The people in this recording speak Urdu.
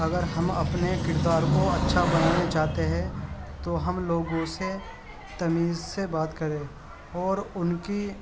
اگر ہم اپنے کردار کو اچھا بنانا چاہتے ہیں تو ہم لوگوں سے تمیز سے بات کریں اور ان کی